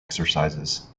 exercises